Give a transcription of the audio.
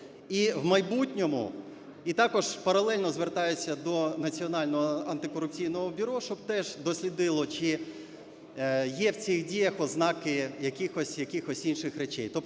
і в майбутньому... І також паралельно звертаюсь до Національного антикорупційного бюро, щоб теж дослідило чи є в цих діях ознаки якихось, якихось інших речей.